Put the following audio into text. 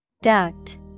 Duct